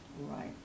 Right